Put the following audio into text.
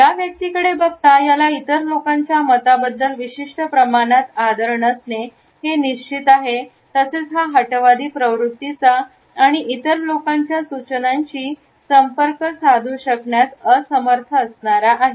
या व्यक्ती कडे बघता याला इतर लोकांच्या मतांबद्दल विशिष्ट प्रमाणात आदर नसणे हे निश्चित आहे तसेच हा हटवादी प्रवृत्तीचा आणि इतर लोकांच्या सूचनांशी संपर्क साधू शकण्यास असमर्थ आहे